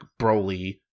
Broly